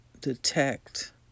detect